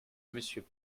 monsieur